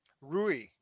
Rui